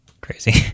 Crazy